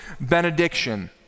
benediction